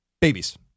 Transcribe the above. Babies